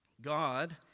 God